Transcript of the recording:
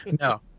No